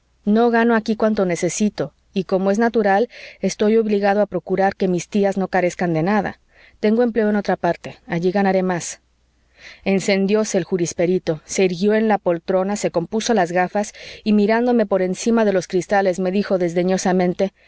no gano aquí cuanto necesito y como es natural estoy obligado a procurar que mis tías no carezcan de nada tengo empleo en otra parte allí ganaré más encendióse el jurisperito se irguió en la poltrona se compuso las gafas y mirándome por encima de los cristales me dijo